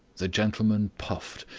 the gentleman puffed,